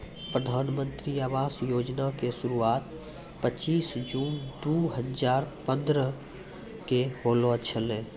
प्रधानमन्त्री आवास योजना के शुरुआत पचीश जून दु हजार पंद्रह के होलो छलै